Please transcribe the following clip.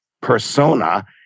persona